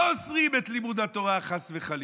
לא אוסרים את לימוד התורה חס וחלילה,